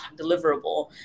deliverable